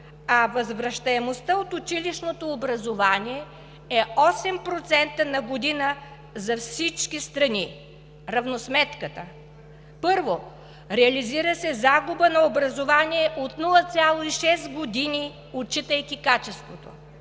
а възвръщаемостта от училищното образование е 8% на година за всички страни. Равносметката: първо, реализира се загуба на образование от 0,6 години, отчитайки качеството,